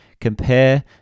Compare